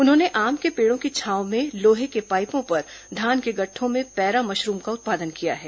उन्होंने आम के पेड़ों की छांव में लोहे के पाइपों पर धान के गट्ठों में पैरा मशरूम का उत्पादन किया है